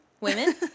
Women